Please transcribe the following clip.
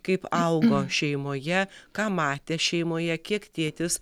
kaip augo šeimoje ką matė šeimoje kiek tėtis